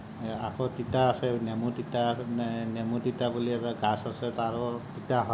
আকৌ তিতা আছে নেমু তিতা নে নেমু তিতা বুলিয়ে কয় গাচ আছে তাৰো তিতা হয়